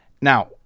Now